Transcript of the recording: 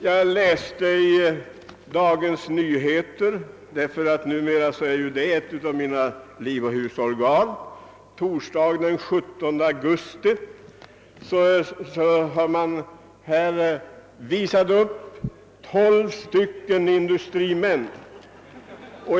Jag läste i Dagens Nyheter, som numera är ett av mina livoch husorgan, för torsdagen den 17 augusti en artikel i vilken tidningen visade upp 12 industrimän.